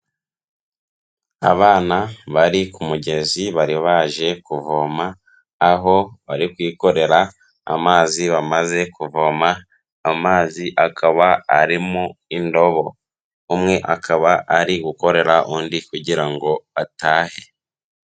Abana bari ku mugezi bari baje kuvoma aho bari kwikorera amazi bamaze kuvoma, amazi akaba ari mu ndobo, umwe akaba ari gukorera undi kugira ngo atahe.